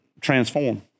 transform